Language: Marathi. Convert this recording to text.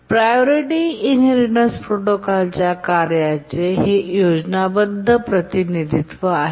प्रायोरिटी इनहेरिटेन्स प्रोटोकॉलच्या कार्याचे हे योजनाबद्ध प्रतिनिधित्व आहे